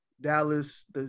Dallas